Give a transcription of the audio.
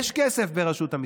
יש כסף ברשות המיסים.